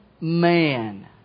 man